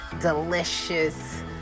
delicious